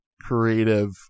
creative